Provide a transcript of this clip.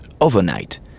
overnight